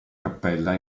cappella